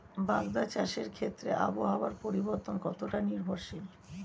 বাগদা চাষের ক্ষেত্রে আবহাওয়ার পরিবর্তন কতটা নির্ভরশীল?